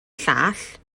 llall